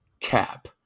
Cap